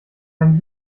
ein